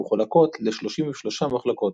המחולקות ל-33 מחלקות.